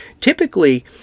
typically